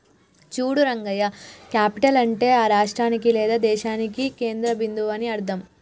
చూడు రంగవ్వ క్యాపిటల్ అంటే ఆ రాష్ట్రానికి లేదా దేశానికి కేంద్ర బిందువు అని అర్థం